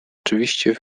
oczywiście